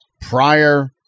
prior